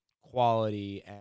quality